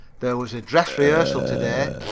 there was a dress rehearsal to-day,